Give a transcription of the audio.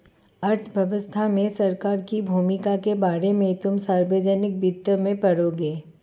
अर्थव्यवस्था में सरकार की भूमिका के बारे में तुम सार्वजनिक वित्त में पढ़ोगे